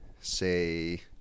say